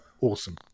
awesome